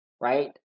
right